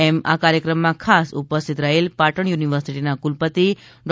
એમ આ કાર્યક્રમમાં ખાસ ઉપસ્થિત રહેલ પાટણ યુનિવર્સિટીના ક્રલપતિ ડો